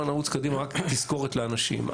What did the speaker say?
רק תזכורת לאנשים.